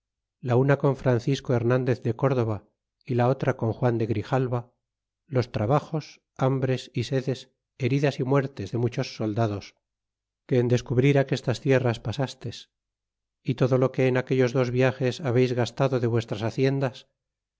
la una con francisco hernandez de cordova y la otra con juan de grijalva los trabajos hambres y sedes heridas y muertes de muchos soldados que en descubrir aquestas tierras pasastes y todo lo que en aquellos dos viages habeis gastado de vuestras haciendas